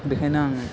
बेखायनो आं